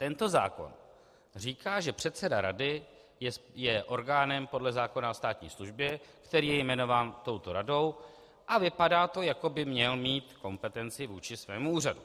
Tento zákon říká, že předseda rady je orgánem podle zákona o státní službě, který je jmenován touto radou, a vypadá to, jako by měl mít kompetenci vůči svému úřadu.